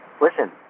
Listen